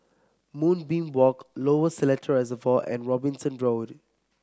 Moonbeam Walk Lower Seletar Reservoir and Robinson Road